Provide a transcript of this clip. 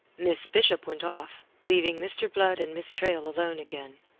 miss bishop went off, leaving mr. blood and miss traill alone again.